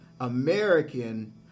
American